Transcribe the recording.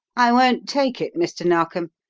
i won't take it, mr. narkom!